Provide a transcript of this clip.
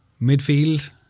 midfield